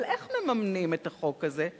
אבל איך מממנים את החוק הזה?